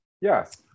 yes